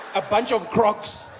a bunch of crocs.